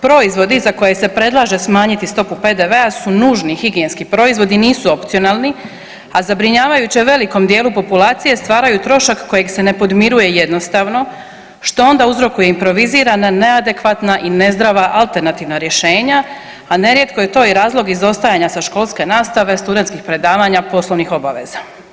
Proizvodi za koje se predlaže smanjiti stopu PDV-a su nužni higijenski proizvodi i nisu opcionalni, a zabrinjavajuće velikom dijelu populacije stvaraju trošak kojeg se ne podmiruje jednostavno što onda uzrokuje improvizirana, neadekvatna i nezdrava alternativna rješenja, a nerijetko je to i razlog izostajanja sa školske nastave, studentskih predavanja, poslovnih obaveza.